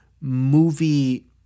movie